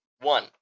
one